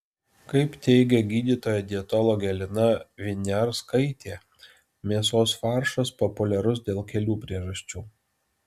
kaip teigia gydytoja dietologė lina viniarskaitė mėsos faršas populiarus dėl kelių priežasčių